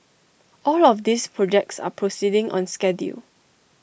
all of these projects are proceeding on schedule